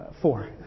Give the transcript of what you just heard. Four